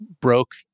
broke